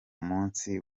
munsi